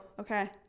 Okay